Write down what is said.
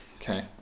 Okay